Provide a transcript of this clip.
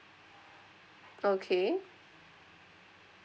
okay